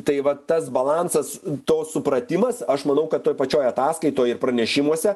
tai va tas balansas to supratimas aš manau kad toj pačioj ataskaitoj ir pranešimuose